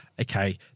okay